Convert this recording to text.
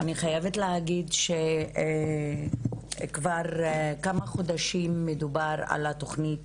אני חייבת להגיד שכבר כמה חודשים מדובר על התוכנית